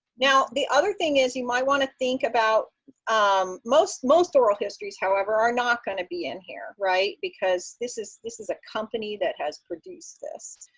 now, the other thing is, you might want to think about um most most oral histories, however, are not going to be in here because this is this is a company that has produced this.